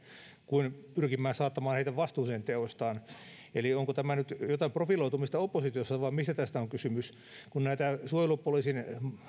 kuin pyrkivän saattamaan heitä vastuuseen teoistaan eli onko tämä nyt jotain profiloitumista oppositiossa vai mistä tässä on kysymys kun näitä suojelupoliisin